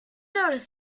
notice